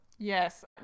Yes